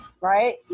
right